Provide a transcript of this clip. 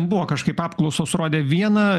buvo kažkaip apklausos rodė viena